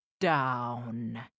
down